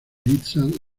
liza